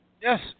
Yes